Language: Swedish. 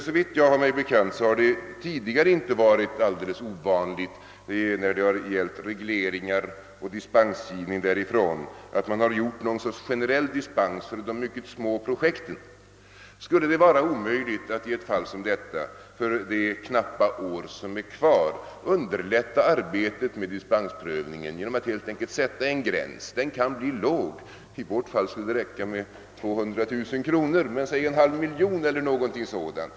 Såvitt jag har mig bekant har det tidigare inte varit ovanligt, när det gällt att meddela dispens från en reglering, att man beviljat något slags generell dispens för mycket små projekt. Skulle man inte under den tid av knappt ett år som är kvar av regleringen kunna tänka sig att underlätta arbetet med dispensprövningen genom att helt enkelt sätta en gräns under vilken generell dispens från investeringsavgift medges. Den gränsen kunde sättas lågt — i vårt fall skulle det räcka med 200 000 kronor, men säg en halv miljon eller någonting sådant.